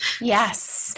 Yes